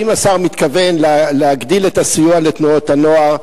האם השר מתכוון להגדיל את הסיוע לתנועות הנוער?